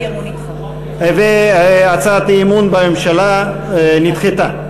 והצעת האי-אמון בממשלה נדחתה.